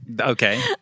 Okay